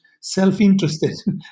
self-interested